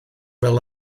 fel